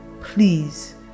please